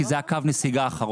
כי זה היה קרב נסיגה אחרון,